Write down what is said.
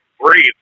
breathe